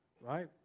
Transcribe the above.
right